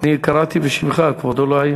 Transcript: אני קראתי בשמך, כבודו לא היה.